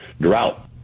drought